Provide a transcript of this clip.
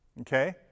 okay